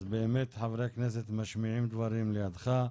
אז חברי הכנסת משמיעים דברים לידך.